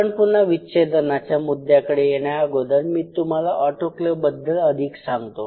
आपण पुनः विच्छेदनाच्या मुद्दयाकडे येण्या अगोदर मी तुम्हाला ऑटोक्लेवबद्दल अधिक सांगतो